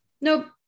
nope